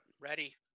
Ready